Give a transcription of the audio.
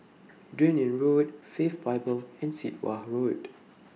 Dunearn Road Faith Bible and Sit Wah Ho Road